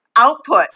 output